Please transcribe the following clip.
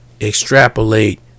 extrapolate